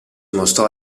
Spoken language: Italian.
dimostrò